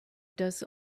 does